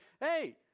Hey